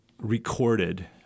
recorded